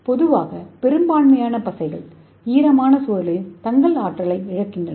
பொதுவாக பெரும்பாலான பசைகள் ஈரமான சூழலில் தங்கள் ஆற்றலை இழக்கின்றன